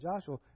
Joshua